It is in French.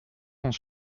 sont